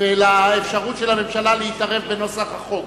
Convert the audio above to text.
ולאפשרות הממשלה להתערב בנוסח החוק.